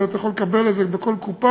ואתה יכול לקבל את זה בכל קופה,